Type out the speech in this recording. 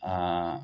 آں